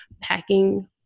packing